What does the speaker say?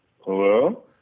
Hello